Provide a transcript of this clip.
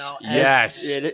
Yes